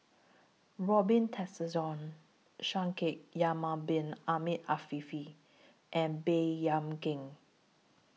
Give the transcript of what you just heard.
Robin Tessensohn Shaikh Yahya Bin Ahmed Afifi and Baey Yam Keng